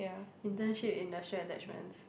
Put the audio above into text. internship industrial attachments